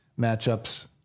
matchups